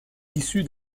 issu